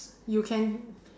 you can